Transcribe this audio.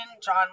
John